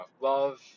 Love